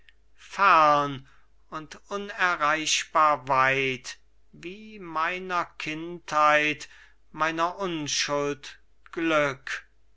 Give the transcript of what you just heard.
fern und unerreichbar weit wie meiner kindheit meiner unschuld glück